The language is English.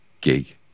gig